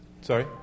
Sorry